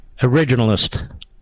originalist